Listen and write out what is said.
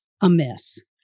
amiss